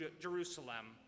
Jerusalem